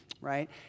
right